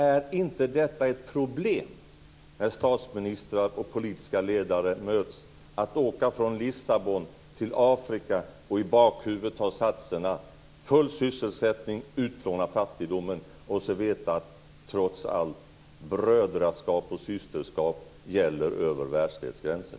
Är det inte ett problem när statsministrar och ledare möts för att åka från Lissabon till Afrika och i bakhuvudet ha satserna full sysselsättning, utplåna fattigdomen och samtidigt veta att brödraskap och systraskap trots allt gäller över världsdelsgränser?